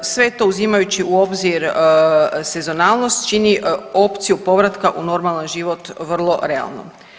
Sve to uzimajući u obzir sezonalnost čini opciju povratka u normalan život vrlo realno.